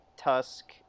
tusk